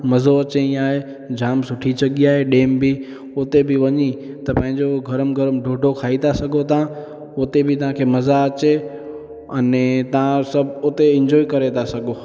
मज़ो अचे ईअं आहे जाम सुठी जॻहि डेम बि उते बि वञी त पंहिंजो गरम गरम ॾोढो खाई था सघो तव्हां उते बि तव्हां खे मज़ा अचे अने तव्हां सभु उते एन्जॉय करे था सघो